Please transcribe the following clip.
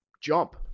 jump